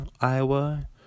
Iowa